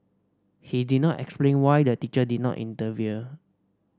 he did not explain why the teacher did not intervene